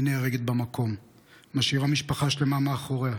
היא נהרגת במקום ומשאירה משפחה שלמה מאחוריה.